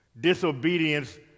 disobedience